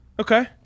Okay